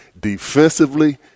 Defensively